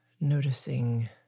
noticing